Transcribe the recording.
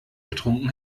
getrunken